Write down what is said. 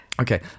Okay